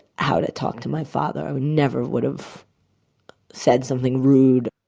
how to talk to my father, i would never would've said something rude.